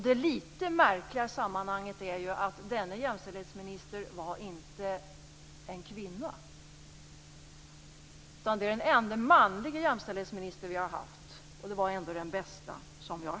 Det litet märkliga i sammanhanget är att denna jämställdhetsminister inte var en kvinna, utan det är den ende manlige jämställdhetsminister som vi har haft och han har varit den bästa.